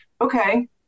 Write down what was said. okay